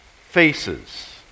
faces